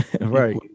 right